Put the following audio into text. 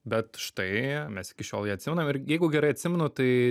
bet štai mes iki šiol ją atsimenam ir jeigu gerai atsimenu tai